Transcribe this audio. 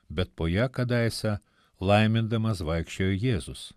bet po ja kadaise laimindamas vaikščiojo jėzus